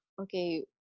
okay